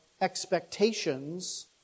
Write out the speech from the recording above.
expectations